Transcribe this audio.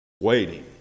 waiting